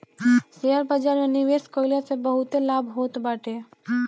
share बाजार में निवेश कईला से बहुते लाभ होत बाटे